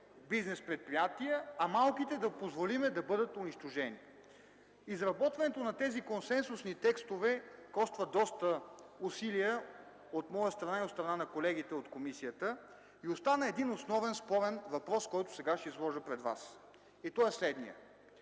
бизнес предприятия, а да позволим малките да бъдат унищожени. Изработването на тези консенсусни текстове коства доста усилия от моя страна и от страна на колегите от комисията. Остана един спорен въпрос, който ще изложа пред Вас. Държавната